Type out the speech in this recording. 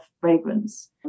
fragrance